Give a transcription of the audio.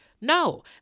No